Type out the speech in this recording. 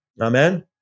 Amen